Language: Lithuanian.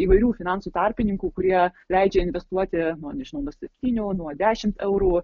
įvairių finansų tarpininkų kurie leidžia investuoti nuo nežinau nuo septynių nuo dešimt eurų